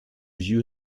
you